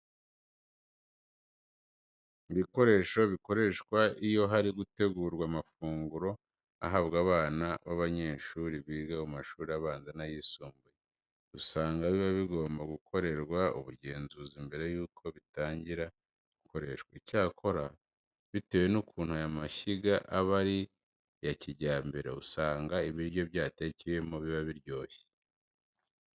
Ibikoresho bikoreshwa iyo hari gutegurwa amafunguro ahabwa abana b'abanyeshuri biga mu mashuri abanza n'ayisumbuye usanga biba bigomba gukorerwa ubugenzuzi mbere yuko bitangira gukoreshwa. Icyakora bitewe n'ukuntu aya mashyiga aba ari ayakijyambere, usanga ibiryo byatekewemo biba biryoshye.